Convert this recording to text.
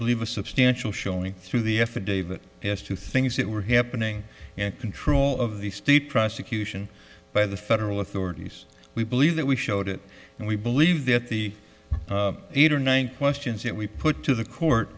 believe a substantial showing through the f a david has two things that were happening and control of the state prosecution by the federal authorities we believe that we showed it and we believe that the eight or nine questions that we put to the court